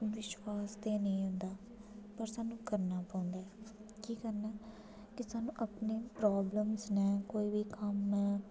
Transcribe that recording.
विश्वास ते है निं होंदा पर स्हान्नूं करना पौंदा केह् करना कि स्हान्नूं अपनी प्राब्लमां न कोई बी कम्म ऐ